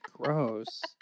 Gross